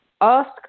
ask